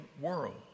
world